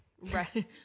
right